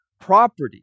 property